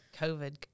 COVID